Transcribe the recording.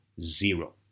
zero